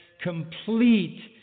complete